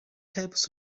types